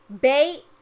bait